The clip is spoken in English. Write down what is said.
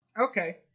Okay